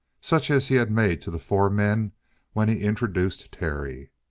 such as he had made to the four men when he introduced terry.